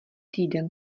týden